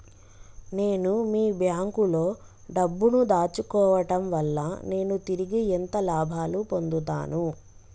నేను మీ బ్యాంకులో డబ్బు ను దాచుకోవటం వల్ల నేను తిరిగి ఎంత లాభాలు పొందుతాను?